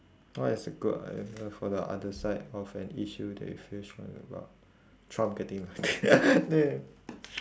what is a good argument for the other side of an issue that you feel strongly about trump getting elected